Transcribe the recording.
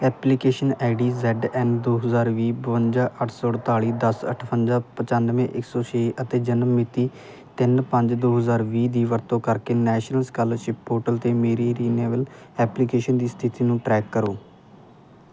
application ID Z N ਦੋ ਹਜ਼ਾਰ ਵੀਹ ਬਵੰਜਾ ਅੱਠ ਸੌ ਅਠਤਾਲੀ ਦਸ ਅਠਵੰਜਾ ਪਚਾਨਵੇਂ ਇੱਕ ਸੌ ਛੇ ਅਤੇ ਜਨਮ ਮਿਤੀ ਤਿੰਨ ਪੰਜ ਦੋ ਹਜ਼ਾਰ ਵੀਹ ਦੀ ਵਰਤੋਂ ਕਰਕੇ ਨੈਸ਼ਨਲ ਸਕਾਲਰਸ਼ਿਪ ਪੋਰਟਲ 'ਤੇ ਮੇਰੀ ਰਿਨਿਵੇਲ ਐਪਲੀਕੇਸ਼ਨ ਦੀ ਸਥਿਤੀ ਨੂੰ ਟਰੈਕ ਕਰੋ